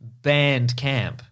Bandcamp